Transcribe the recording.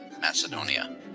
Macedonia